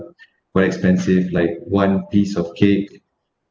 quite expensive like one piece of cake